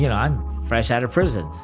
yeah i'm fresh out of prison.